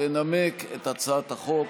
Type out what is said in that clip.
לנמק את הצעת החוק.